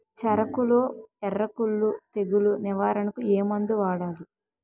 చెఱకులో ఎర్రకుళ్ళు తెగులు నివారణకు ఏ మందు వాడాలి?